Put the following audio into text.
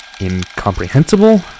incomprehensible